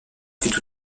fut